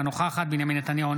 אינה נוכחת בנימין נתניהו,